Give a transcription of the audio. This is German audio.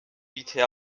bitte